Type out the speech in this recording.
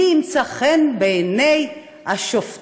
מי ימצא חן בעיני השופטים.